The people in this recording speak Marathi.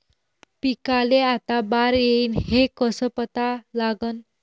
पिकाले आता बार येईन हे कसं पता लागन?